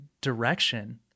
direction